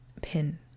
pin